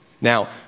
Now